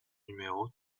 numéro